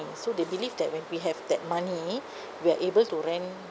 so they believe that when we have that money we're able to rent